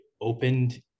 opened